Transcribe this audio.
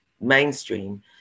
mainstream